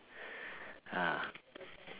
ah